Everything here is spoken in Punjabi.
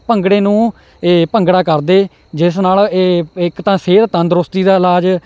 ਭੰਗੜੇ ਨੂੰ ਇਹ ਭੰਗੜਾ ਕਰਦੇ ਜਿਸ ਨਾਲ ਇਹ ਇੱਕ ਤਾਂ ਸਿਹਤ ਤੰਦਰੁਸਤੀ ਦਾ ਇਲਾਜ